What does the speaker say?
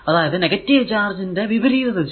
അതായതു negative charge ന്റെ വിപരീത ദിശ